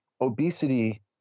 obesity